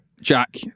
jack